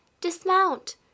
Dismount